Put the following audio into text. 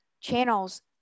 channels